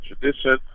tradition